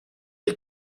des